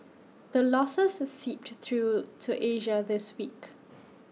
the losses seeped through to Asia this week